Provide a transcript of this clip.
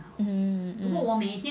um um